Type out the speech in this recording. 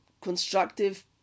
constructive